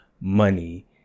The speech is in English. money